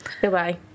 Goodbye